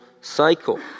cycle